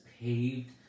paved